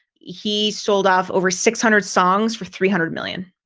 he sold off over six hundred songs for three hundred million.